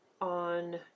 on